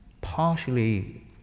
partially